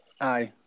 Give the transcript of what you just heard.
Aye